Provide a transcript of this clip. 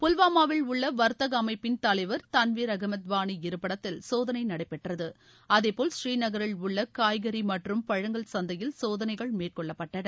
புல்வாமாவில் உள்ள வர்த்தக அமைப்பின் தலைவர் தன்வீர் அகமது வாணி இருப்பிடத்தில் சோதனை நடைபெற்றது அதேபோல் ஸ்ரீநகரில் உள்ள காய்கறி மற்றும் பழங்கள் சந்தையில் சோதனைகள் மேற்கொள்ளப்பட்டன